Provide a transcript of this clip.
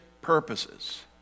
purposes